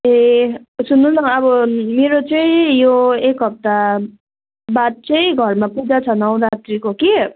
ए सुन्नुहोस् न अब मेरो चाहिँ यो एक हप्ताबाद चाहिँ घरमा पूजा छ नवरात्रीको कि